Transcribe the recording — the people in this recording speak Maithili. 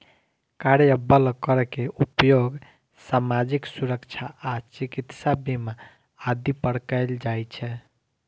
कार्यबल कर के उपयोग सामाजिक सुरक्षा आ चिकित्सा बीमा आदि पर कैल जाइ छै